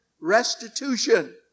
restitution